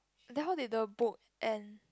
then how did the book and